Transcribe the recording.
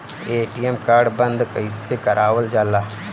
ATM card बन्द कईसे करावल जाला?